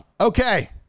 okay